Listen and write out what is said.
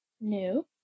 New